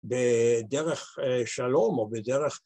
בדרך שלום או בדרך